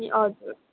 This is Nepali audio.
हजुर